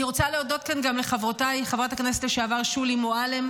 אני רוצה להודות כאן גם לחברותיי חברת הכנסת לשעבר שולי מועלם,